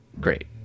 great